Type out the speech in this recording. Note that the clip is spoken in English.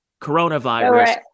coronavirus